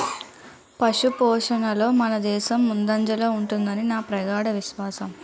పశుపోషణలో మనదేశం ముందంజలో ఉంటుదని నా ప్రగాఢ విశ్వాసం